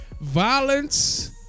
Violence